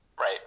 Right